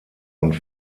und